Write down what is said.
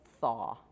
thaw